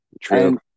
true